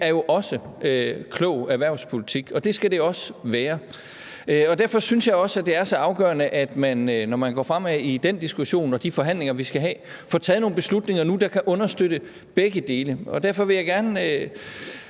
er jo også klog erhvervspolitik, og det skal det også være, og derfor synes jeg også, at det er så afgørende, at man i forbindelse med den diskussion og de forhandlinger, vi skal have, får taget nogle beslutninger nu, der kan understøtte begge dele. Derfor vil jeg gerne